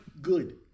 good